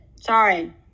Sorry